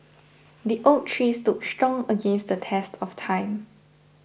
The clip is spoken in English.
the oak tree stood strong against the test of time